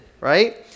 right